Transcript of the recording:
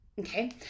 Okay